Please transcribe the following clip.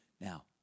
Now